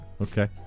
Okay